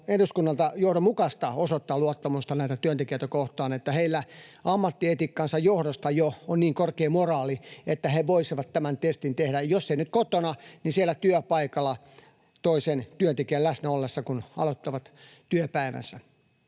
eduskunnalta johdonmukaista osoittaa näitä työntekijöitä kohtaan luottamusta, että heillä jo ammattietiikkansa johdosta on niin korkea moraali, että he voisivat tämän testin tehdä, jos ei nyt kotona, niin siellä työpaikalla toisen työntekijän läsnä ollessa, kun aloittavat työpäivänsä.